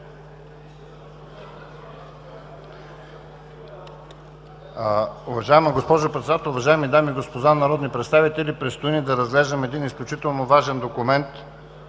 Уважаема госпожо Председател, уважаеми дами и господа народни представители! Предстои ни да разглеждаме един изключително важен документ,